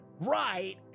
right